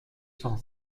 cent